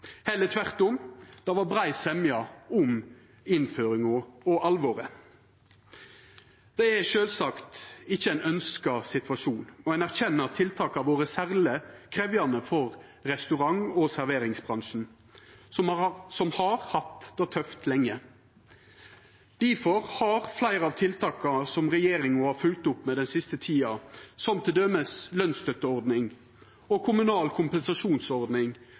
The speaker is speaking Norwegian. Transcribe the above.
Heller tvert om – det var brei semje om innføringa og alvoret. Det er sjølvsagt ikkje ein ønskt situasjon, og ein erkjenner at tiltaka har vore særleg krevjande for restaurant- og serveringsbransjen, som har hatt det tøft lenge. Difor har fleire av tiltaka som regjeringa har følgt opp med den siste tida, som t.d. lønsstøtteordning og kommunal kompensasjonsordning,